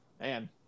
Man